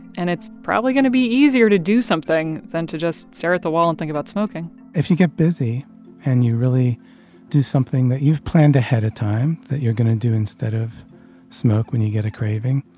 and it's probably going to be easier to do something than to just stare at the wall and think about smoking if you get busy and you really do something that you've planned ahead of time that you're going to do instead of smoke when you get a craving,